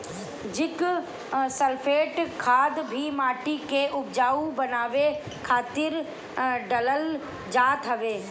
zinc sulphate खाद भी माटी के उपजाऊ बनावे खातिर डालल जात हवे